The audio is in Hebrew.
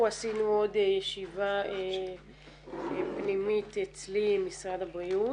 אז אנחנו עשינו עוד ישיבה פנימית אצלי עם משרד הבריאות